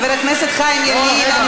חיים ילין,